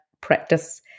practice